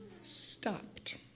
stopped